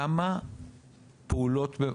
כמה פעולות,